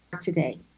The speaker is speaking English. today